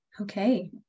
Okay